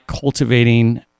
cultivating